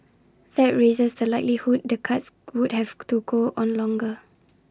that raises the likelihood the cuts would have to go on longer